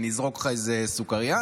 אני אזרוק לך איזו סוכריה.